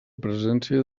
presència